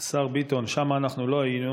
השר ביטון, שם לא היינו